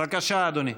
בבקשה, אדוני.